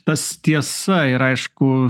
tas tiesa ir aišku